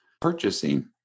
purchasing